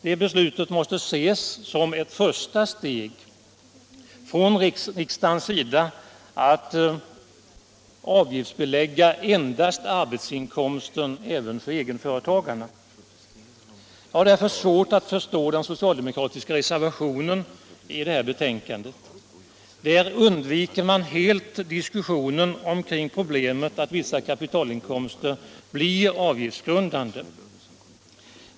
Det beslutet måste ses som ett första steg från riksdagens sida att avgiftsbelägga endast arbetsinkomster även för egenföretagarna. Jag har därför svårt att förstå den socialdemokratiska reservationen i betänkandet. Där undviker man helt diskussionen om problemet att vissa kapitalinkomster blir avgiftsgrundande.